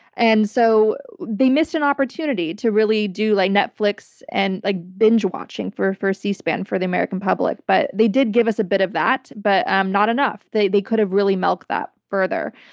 and so they missed an opportunity to really do like netflix and like binge watching for for c-span for the american public. but they did give us a bit of that, but um not enough. they they could've really milk that further,